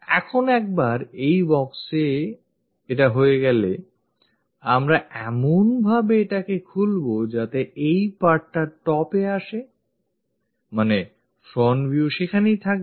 এখন একবার এই boxএ এটা হয়ে গেলে আমরা এমনভাবে এটা খুলবো যাতে এই part টা top এ আসে মানে front view সেখানেই থাকবে